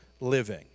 living